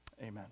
Amen